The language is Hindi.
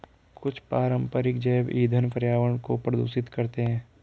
कुछ पारंपरिक जैव ईंधन पर्यावरण को प्रदूषित करते हैं